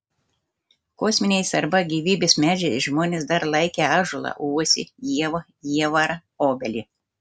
kosminiais arba gyvybės medžiais žmonės dar laikę ąžuolą uosį ievą jievarą obelį